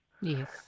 Yes